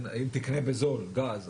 אם תקנה בזול גז,